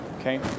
Okay